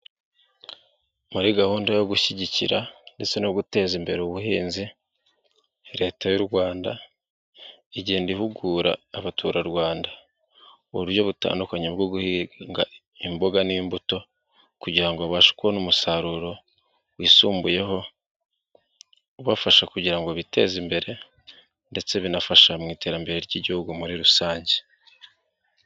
Muri gahunda yo gushyigikira ndetse no guteza imbere ubuhinzi, Leta y'u Rwanda igenda ihugura abaturarwanda, uburyo butandukanye bwo guhinga imboga n'imbuto, kugira ngo babashe kubona umusaruro wisumbuyeho, ubafasha kugira ngo biteze imbere, ndetse binafasha mu iterambere ry'Igihugu muri rusange.